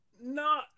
No